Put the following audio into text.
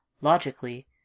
logically